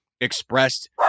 expressed